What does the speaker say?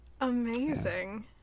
Amazing